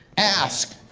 ask,